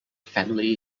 family